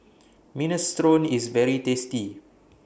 Minestrone IS very tasty